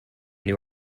new